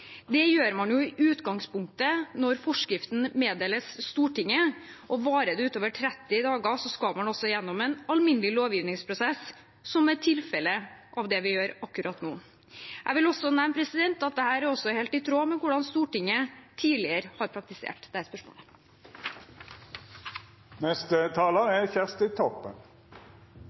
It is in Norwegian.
Det gjør man i utgangspunktet når forskriften meddeles Stortinget. Varer det utover 30 dager, skal man igjennom en alminnelig lovgivningsprosess, som er det vi gjør akkurat nå. Jeg vil også nevne at dette er helt i tråd med hvordan Stortinget tidligere har praktisert